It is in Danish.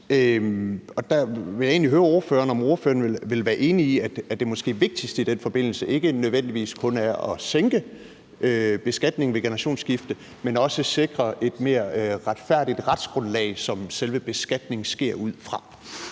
Og der vil jeg egentlig høre ordføreren, om ordføreren vil være enig i, at det måske vigtigste i den forbindelse ikke nødvendigvis kun er at sænke beskatningen ved generationsskifte, men også sikre et mere retfærdigt retsgrundlag, som selve beskatningen sker ud fra.